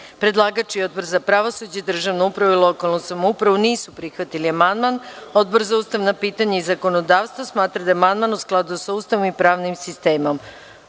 12.Predlagač i Odbor za pravosuđe, državnu upravu i lokalnu samoupravu nisu prihvatili amandman. Odbor za ustavna pitanja i zakonodavstvo smatra da je amandman u skladu sa Ustavom i pravnim sistemom. Reč